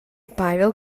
павел